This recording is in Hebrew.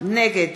נגד